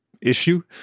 issue